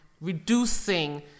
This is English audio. reducing